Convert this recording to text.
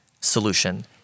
solution